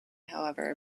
however